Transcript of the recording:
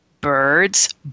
birds